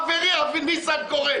חברי אבי ניסנקורן,